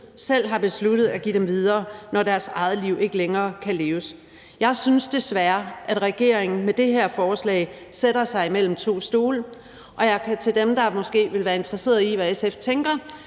selv har besluttet at give dem videre, når deres eget liv ikke længere kan leves. Jeg synes desværre, at regeringen med det her forslag sætter sig mellem to stole, og jeg kan til dem, der måske vil være interesserede i, hvad SF tænker